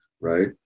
right